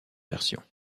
versions